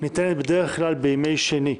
ניתנת בדרך כלל בימי שני.